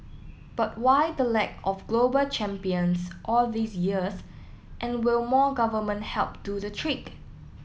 but why the lack of global champions all these years and will more government help do the trick